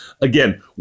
Again